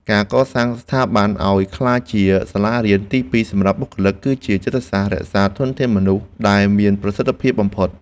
ការកសាងស្ថាប័នឱ្យក្លាយជាសាលារៀនទីពីរសម្រាប់បុគ្គលិក គឺជាយុទ្ធសាស្ត្ររក្សាធនធានមនុស្សដែលមានប្រសិទ្ធភាពបំផុត។